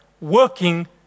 working